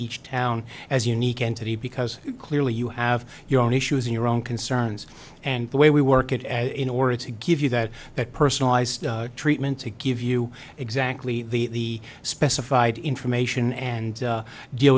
each town as unique entity because clearly you have your own issues in your own concerns and the way we work it and in order to give you that that personalized treatment to give you exactly the specified information and deal